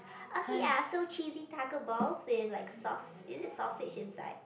okay I also cheesy Tako balls with like sauce is it sausage inside